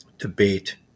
debate